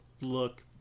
look